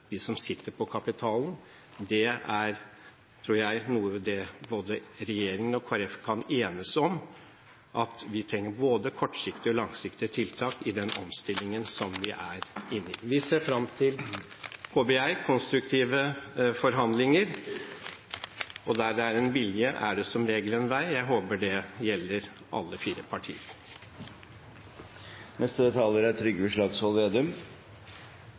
som sitter på kapitalen. Noe både regjeringen og Kristelig Folkeparti kan enes om, tror jeg, er at vi trenger både kortsiktige og langsiktige tiltak i den omstillingen som vi er inne i. Vi ser fram til – håper jeg – konstruktive forhandlinger. Der det er en vilje, er det som regel en vei. Jeg håper det gjelder alle fire partier. Det vi har fått nå, er